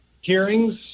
hearings